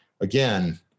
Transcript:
Again